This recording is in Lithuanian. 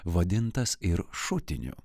vadintas ir šutiniu